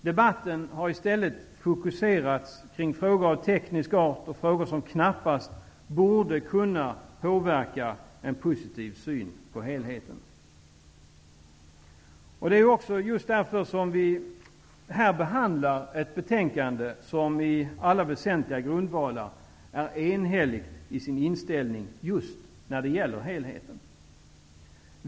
Debatten har fokuserats kring frågor av teknisk art och frågor som knappast borde kunna påverka en positiv syn på helheten. Därför behandlar vi här ett betänkande som i alla väsentliga grundvalar är enigt i sin inställning till helheten.